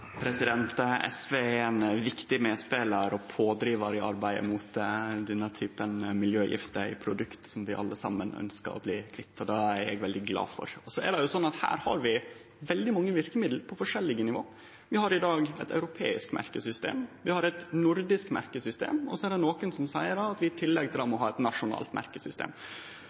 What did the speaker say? SV er ein viktig medspelar og pådrivar i arbeidet mot denne typen miljøgifter i produkt som vi alle ønskjer å bli kvitt, og det er eg veldig glad for. Så er det slik at vi har veldig mange verkemiddel på forskjellige nivå. Vi har i dag eit europeisk merkesystem. Vi har eit nordisk merkesystem. Så er det nokon som seier at vi i tillegg til det må ha eit nasjonalt merkesystem.